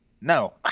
No